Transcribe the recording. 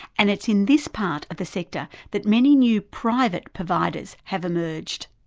and it's in this part of the sector that many new private providers have emerged.